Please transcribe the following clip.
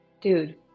dude